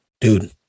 dude